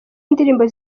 indirimbo